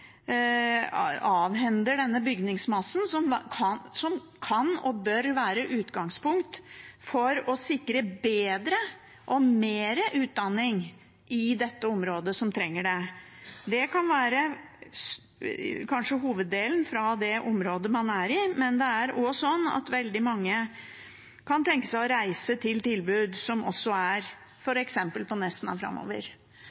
avhender denne bygningsmassen, som kan og bør være et utgangspunkt for å sikre bedre og mer utdanning i dette området, som trenger det. Hoveddelen kan kanskje komme fra det området man er i, men det er også sånn at veldig mange kan tenke seg å reise til tilbud